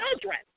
children